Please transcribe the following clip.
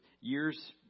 years